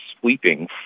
sweeping